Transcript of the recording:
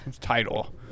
title